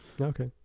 Okay